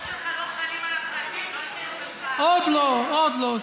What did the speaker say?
לא חלים על, עוד לא, עוד לא.